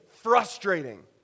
frustrating